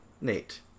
Nate